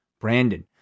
Brandon